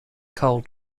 coal